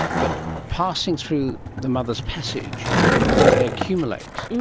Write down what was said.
but passing through the mother's passage they accumulate,